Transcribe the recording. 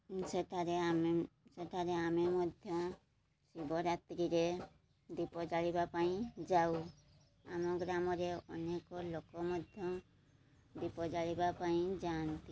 ସେଠାରେ ଆମେ ସେଠାରେ ଆମେ ମଧ୍ୟ ଶିବରାତ୍ରିରେ ଦୀପ ଜାଳିବା ପାଇଁ ଯାଉ ଆମ ଗ୍ରାମରେ ଅନେକ ଲୋକ ମଧ୍ୟ ଦୀପ ଜାଳିବା ପାଇଁ ଯାଆନ୍ତି